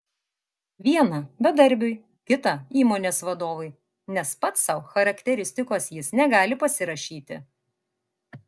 vieną bedarbiui kitą įmonės vadovui nes pats sau charakteristikos jis negali pasirašyti